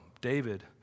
David